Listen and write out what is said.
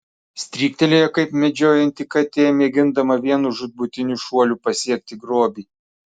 stryktelėjo kaip medžiojanti katė mėgindama vienu žūtbūtiniu šuoliu pasiekti grobį